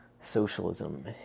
socialism